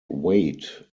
weight